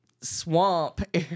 swamp